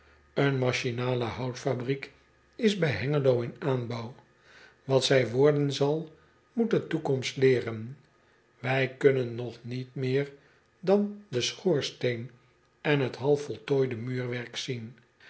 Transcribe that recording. en machinale houtfabriek is bij engelo in aanbouw at zij worden zal moet de toekomst leeren ij kunnen nog niet meer dan den schoorsteen en het half voltooide muurwerk zien